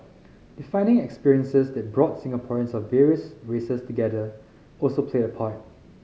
defining experiences that brought Singaporeans of various races together also played a part